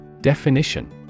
Definition